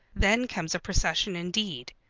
then comes a procession indeed.